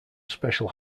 special